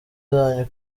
zanyu